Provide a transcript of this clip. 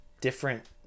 different –